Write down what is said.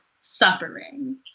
suffering